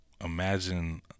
imagine